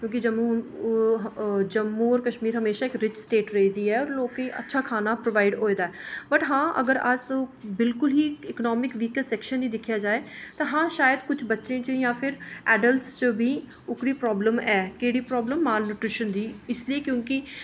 क्योंकि जम्मू जम्मू और कश्मीर हमेशा इक रिच स्टेट रेह्दी ऐ और लोकें ई अच्छा खाना प्रोवाइड होए दा ऐ बट हां अगर अस बिल्कुल ही इकनामिक वीकर सैक्शन च दिक्खेआ जा हां शायद किश बच्चें च जां फ्ही एडल्ट च बी ओह्कड़ी प्राब्लम ऐ केह्ड़ी प्राब्लम मलन्यूट्रिशन दी इस लेई क्योंकि